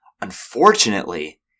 Unfortunately